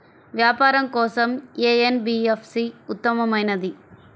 వ్యాపారం కోసం ఏ ఎన్.బీ.ఎఫ్.సి ఉత్తమమైనది?